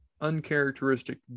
uncharacteristic